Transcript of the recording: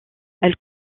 elles